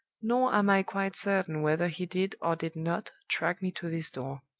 nor am i quite certain whether he did or did not track me to this door.